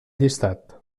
llistat